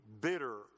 bitter